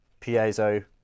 piezo